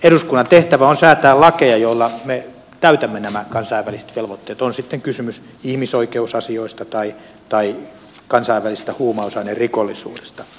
eduskunnan tehtävä on säätää lakeja joilla me täytämme nämä kansainväliset velvoitteet on sitten kysymys ihmisoikeusasioista tai kansainvälisestä huumausainerikollisuudesta